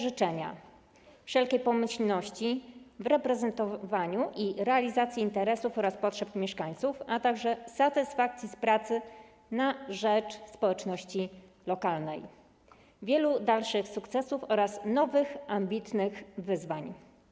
Życzę wam wszelkiej pomyślności w reprezentowaniu i realizacji interesów oraz potrzeb mieszkańców, satysfakcji z pracy na rzecz społeczności lokalnej, wielu dalszych sukcesów oraz nowych ambitnych wyzwań.